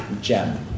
gem